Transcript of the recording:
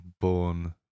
born